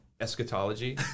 eschatology